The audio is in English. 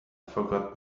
forgot